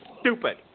stupid